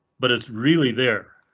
but it's really there.